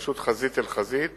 והתנגשות חזית אל חזית